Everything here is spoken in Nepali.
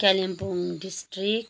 कालिम्पोङ डिस्ट्रिक